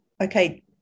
okay